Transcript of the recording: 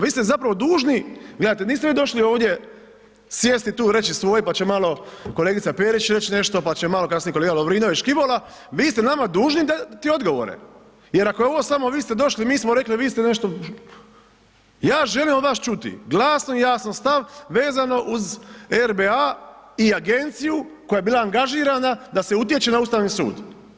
Vi ste zapravo dužni, gledajte niste vi došli ovdje sjesti tu i reći svoje pa će malo kolegica Perić reći nešto, pa će malo kasnije kolega Lovrinović, Škibola, vi ste nama dužni dati odgovore jer ako je ovo vi ste došli, mi smo rekli, vi ste nešto … ja želim od vas čuti jasno i glasno stav vezano uz RBA-a i agenciju koja je bila angažirana da se utječe na Ustavni sud.